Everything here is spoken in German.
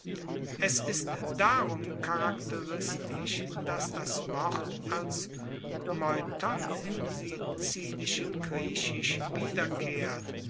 es ist darum charakteristisch dass das wort als im sizilischen griechisch wiederkehrt